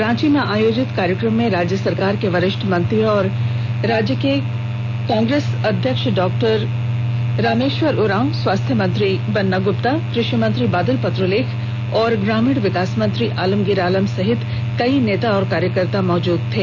रांची में आयोजित कार्यक्रम में राज्य सरकार के वरिष्ठ मंत्री और राज्य कांग्रेस के अध्यक्ष डॉ रामेश्वर उरावं स्वास्थ्य मंत्री बन्ना गुप्ता कृषि मंत्री बादल पत्रलेख और ग्रामीण विकास मंत्री आलमगीर आलम समेत कई नेता और कार्यकर्ता मौजूद थे